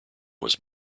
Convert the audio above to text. was